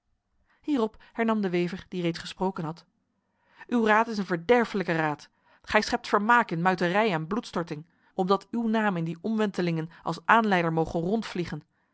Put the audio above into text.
hierop hernam de wever die reeds gesproken had uw raad is een verderfelijke raad gij schept vermaak in muiterij en bloedstorting opdat uw naam in die omwentelingen als aanleider moge